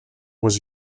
was